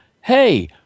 hey